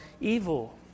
evil